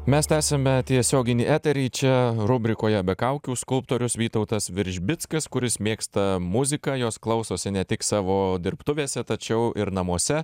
mes tęsiame tiesioginį eterį čia rubrikoje be kaukių skulptorius vytautas veržbickas kuris mėgsta muziką jos klausosi ne tik savo dirbtuvėse tačiau ir namuose